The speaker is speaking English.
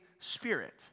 Spirit